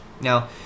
Now